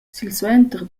silsuenter